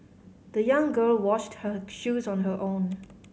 the young girl washed her shoes on her own